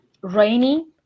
rainy